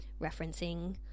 referencing